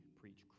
preach